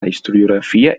historiografia